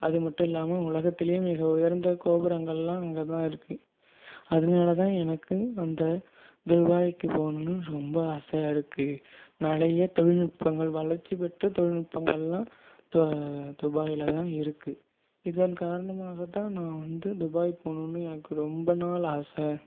அது மட்டும் இல்லாமல் உலகத்தில் மிக உயர்ந்த கோபுரங்களெலாம் அங்கே தான் இருக்குது அதனால தான் எனக்கு அந்த துபாய்க்கு போகணுன்னு ரொம்ப ஆசையாக இருக்குது நிறைய தொழில்நுட்பங்கள் வளர்ச்சி பெற்ற தொழில்நுட்பங்களெலாம் து துபாயில் தான் இருக்குது இதன் காரணமாக தான் நான் வந்து துபாய் போகணுன்னு எனக்கு ரொம்ப நாள் ஆசை